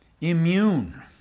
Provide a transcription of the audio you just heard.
immune